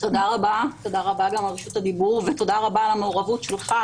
תודה רבה על רשות הדיבור ותודה רבה על המעורבות שלך